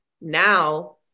now